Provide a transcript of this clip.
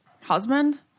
husband